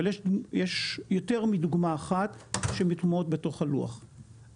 אבל יש יותר מדוגמה אחת שהן מוטמעות בלוך הלוח,